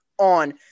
on